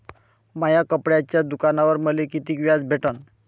माया कपड्याच्या दुकानावर मले कितीक व्याज भेटन?